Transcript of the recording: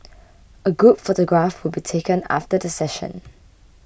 a group photograph will be taken after the session